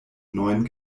neun